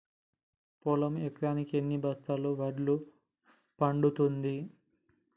పొలం ఎకరాకి ఎన్ని బస్తాల వడ్లు పండుతుంది?